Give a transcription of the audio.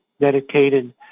dedicated